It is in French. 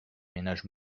ménages